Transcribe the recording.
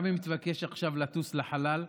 גם אם תבקש לטוס לחלל,